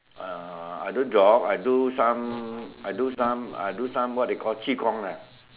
uh I don't jog I do some I do some I do some what you call qi-gong ah